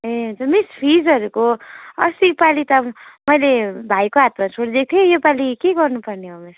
ए हजुर मिस फिसहरूको अस्तिको पालि त मैले भाइको हातमा छोडिदिएको थिएँ यो पालि के गर्नुपर्ने होला